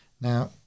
Now